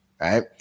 right